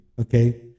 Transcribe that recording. okay